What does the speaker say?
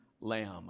Lamb